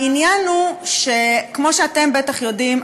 העניין הוא שכמו שאתם בטח יודעים,